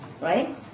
right